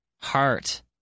Heart